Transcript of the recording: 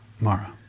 Mara